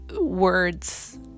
words